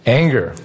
anger